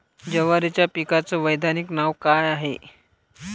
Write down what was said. जवारीच्या पिकाचं वैधानिक नाव का हाये?